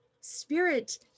Spirit